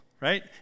right